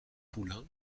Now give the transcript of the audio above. poulin